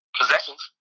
possessions